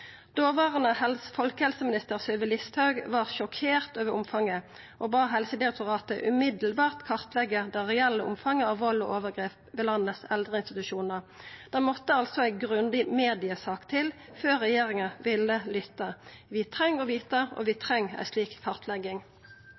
folkehelseminister Sylvi Listhaug var sjokkert over omfanget og bad Helsedirektoratet omgåande kartleggja det reelle omfanget av vald og overgrep ved eldreinstitusjonane i landet. Det måtte altså ei grundig mediesak til før regjeringa ville lytta. Vi treng å vita, og vi treng ei slik kartlegging.